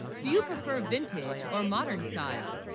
do you prefer vintage or modern style,